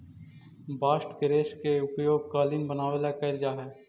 bast के रेश के उपयोग कालीन बनवावे ला कैल जा हई